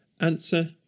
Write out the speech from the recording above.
Answer